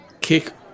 kick